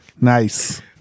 Nice